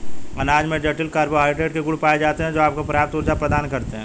अनाज में जटिल कार्बोहाइड्रेट के गुण पाए जाते हैं, जो आपको पर्याप्त ऊर्जा प्रदान करते हैं